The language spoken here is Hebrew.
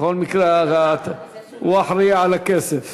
בכל מקרה הוא אחראי לכסף.